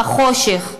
בחושך?